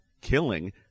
killing